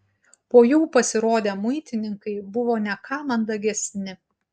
po jų pasirodę muitininkai buvo ne ką mandagesni